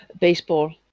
baseball